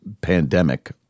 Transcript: pandemic